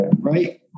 Right